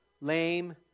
lame